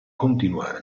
continuare